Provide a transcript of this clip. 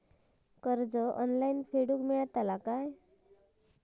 कर्ज ऑनलाइन फेडूक मेलता काय?